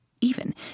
even